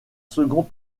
second